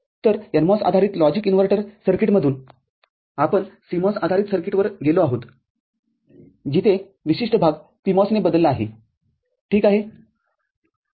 तर NMOS आधारित logic inverter सर्किटमधून आपण CMOS आधारित सर्किटवर गेलो आहोतजिथे विशिष्ट भाग PMOS ने बदलला आहे ठीक आहे